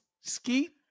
Skeet